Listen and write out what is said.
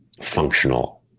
functional